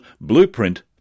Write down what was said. Blueprint